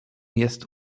jest